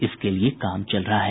इसके लिये काम चल रहा है